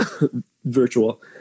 Virtual